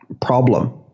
problem